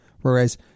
Whereas